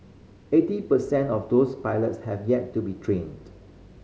eighty per cent of those pilots have yet to be trained